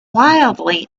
wildly